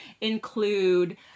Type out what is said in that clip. include